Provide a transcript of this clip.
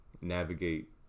navigate